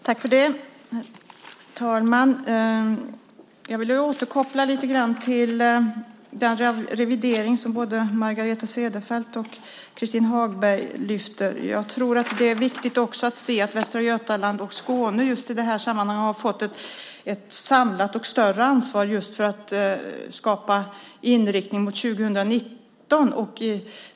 Herr talman! Jag vill lite grann återkoppla till den revidering som både Margareta Cederfelt och Christin Hagberg lyfter fram. Det är nog också viktigt att se att Västra Götaland och Skåne i det här sammanhanget har fått ett samlat och större ansvar just för att skapa en inriktning mot 2019.